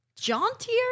jauntier